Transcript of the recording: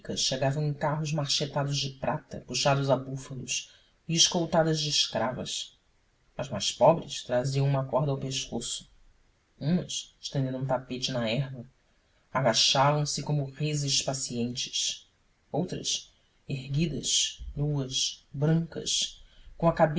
chegavam em carros marchetados de prata puxados a búfalos e escoltadas de escravas as mais pobres traziam uma corda ao pescoço umas estendendo um tapete na erva agachavam se como reses pacientes outras erguidas nuas brancas com